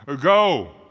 Go